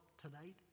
tonight